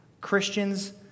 Christians